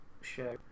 show